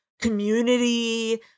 community